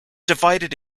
divided